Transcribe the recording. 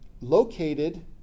located